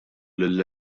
lill